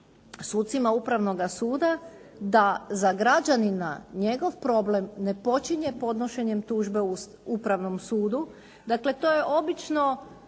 sucima Upravnoga suda da za građanina njegov problem ne počinje podnošenjem tužbe Upravnom sudu. Dakle, to je obično